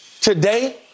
today